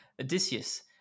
Odysseus